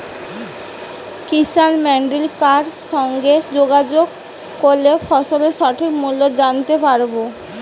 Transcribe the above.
কিষান মান্ডির কার সঙ্গে যোগাযোগ করলে ফসলের সঠিক মূল্য জানতে পারবো?